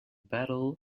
battle